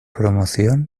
promoción